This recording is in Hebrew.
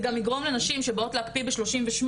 זה גם יגרום לנשים שבאות להקפיא בגיל 38